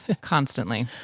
Constantly